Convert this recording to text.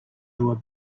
were